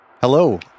Hello